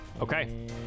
Okay